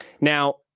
Now